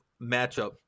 matchup